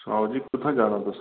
सनओ जी कुत्थै जाना तुसें